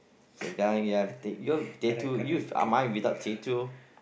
the guy he have you have tattoo you've uh mine without tattoo